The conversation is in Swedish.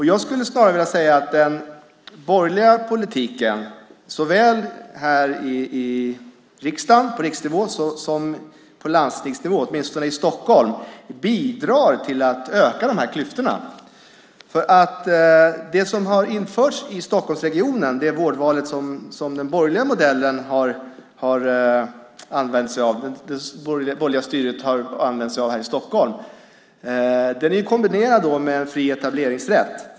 Jag skulle vilja säga att den borgerliga politiken, såväl på riksnivå som på landstingsnivå, åtminstone i Stockholm, bidrar till att öka dessa klyftor. Det vårdval som det borgerliga styret använt sig av i Stockholm är kombinerat med fri etableringsrätt.